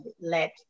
let